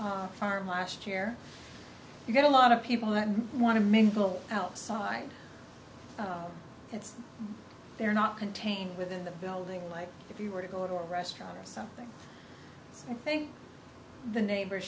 point farm last year you got a lot of people that want to mingle outside and they're not contained within the building like if you were to go to a restaurant or something i think the neighbor